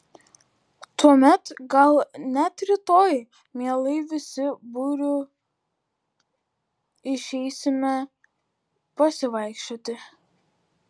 tuomet gal net rytoj mielai visi būriu išeisime pasivaikščioti